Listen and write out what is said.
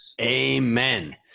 Amen